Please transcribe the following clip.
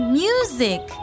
music